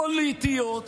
פוליטיות,